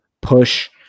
push